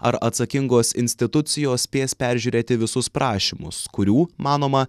ar atsakingos institucijos spės peržiūrėti visus prašymus kurių manoma